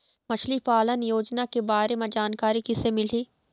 मछली पालन योजना के बारे म जानकारी किसे मिलही?